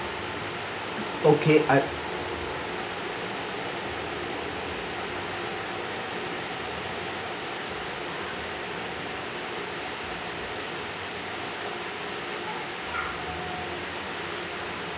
okay I